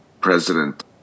president